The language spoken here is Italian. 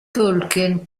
tolkien